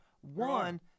One